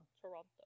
Toronto